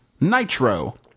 nitro